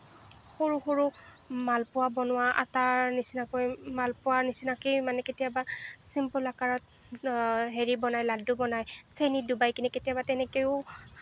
সৰু সৰু মালপোৱা বনোৱা আটাৰ নিচিনাকৈ মালপোৱাৰ নিচিনাকৈয়ে মানে কেতিয়াবা চিম্পুল আকাৰত হেৰি বনাই লাডু বনাই চেনিত ডুবাই কিনে কেতিয়াবা তেনেকৈও